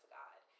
god